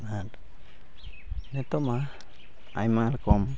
ᱟᱨ ᱱᱤᱛᱚᱜᱢᱟ ᱟᱭᱢᱟ ᱨᱚᱠᱚᱢ